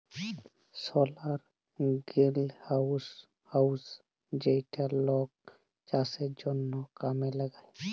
সলার গ্রিলহাউজ যেইটা লক চাষের জনহ কামে লাগায়